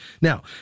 Now